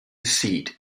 seat